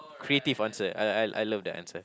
creative answer I I I love that answer